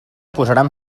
posaran